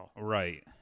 Right